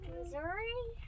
Missouri